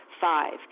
Five